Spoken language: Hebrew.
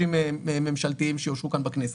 שימושים ממשלתיים שיאושרו כאן בכנסת.